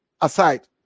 aside